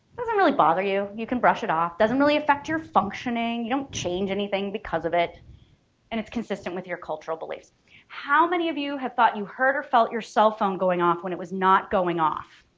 doesn't really bother you you can brush it off doesn't really affect your functioning you don't change anything because of it and it's consistent with your cultural beliefs how many of you have thought you heard or felt your cell phone going off when it was not going off